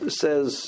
says